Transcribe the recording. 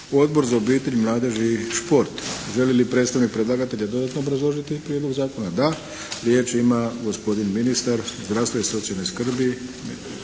Odbor za obitelj, mladež i šport. Želi li predstavnik predlagatelja dodatno obrazložiti Prijedlog zakona? Da. Riječ ima gospodin ministar zdravstva i socijalne skrbi